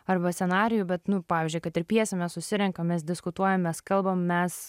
arba scenarijų bet nu pavyzdžiui kad ir pjesę mes susirenkam mes diskutuojam mes kalbam mes